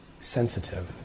sensitive